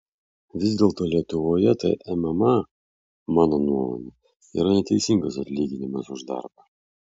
vis dėlto lietuvoje tai mma mano nuomone yra neteisingas atlyginimas už darbą